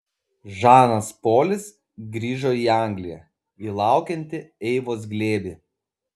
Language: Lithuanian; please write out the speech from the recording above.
žanas polis grįžo į angliją į laukiantį eivos glėbį